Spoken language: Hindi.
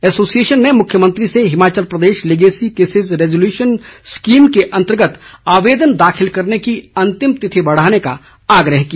एसोसिएशन ने मुख्यमंत्री से Himachal Pradesh legacy cases resolution scheme के अन्तर्गत आवेदन दाखिल करने की अंतिम तिथि बढ़ाने का आग्रह किया